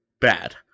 bad